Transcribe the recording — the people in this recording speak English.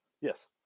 Yes